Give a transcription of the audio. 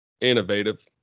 innovative